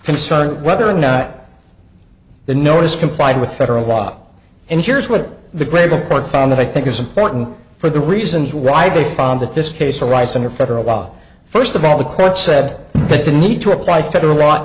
concerned whether or not the notice complied with federal law and here's what the graver court found that i think is important for the reasons why they found that this case arise under federal law first of all the court said that the need to apply federal law